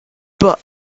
but